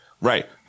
Right